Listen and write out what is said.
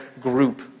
group